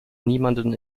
niemanden